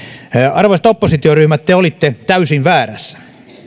arvoisat oppositioryhmät te olitte täysin väärässä